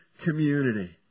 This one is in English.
community